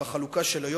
ובחלוקה של היום,